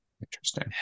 interesting